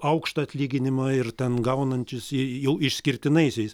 aukštą atlyginimą ir ten gaunantis jau išskirtinaisiais